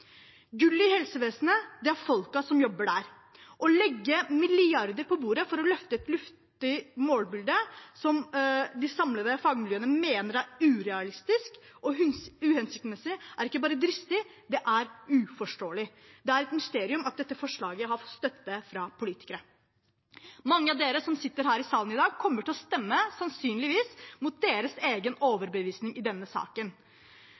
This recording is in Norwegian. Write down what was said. i helsevesenet er folkene som jobber der. Å legge milliarder på bordet for å løfte et luftig målbilde som de samlede fagmiljøene mener er urealistisk og uhensiktsmessig, er ikke bare dristig, det er uforståelig. Det er et mysterium at dette forslaget har støtte fra politikere. Mange av dem som sitter her i salen i dag, kommer sannsynligvis til å stemme imot sin egen overbevisning i denne saken.